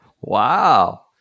Wow